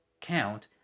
Count